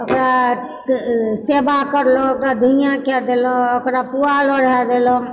ओकरा तऽ सेवा करलहुँ ओकरा धुआँ कय दलहुँ ओकरा पोआर ओढ़ा देलहुँ